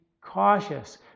cautious